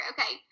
Okay